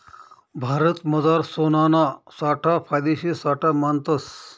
भारतमझार सोनाना साठा फायदेशीर साठा मानतस